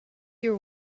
your